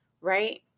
right